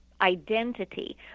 identity